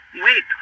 wait